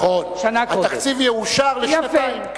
נכון, התקציב יאושר לשנתיים.